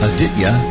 Aditya